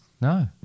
No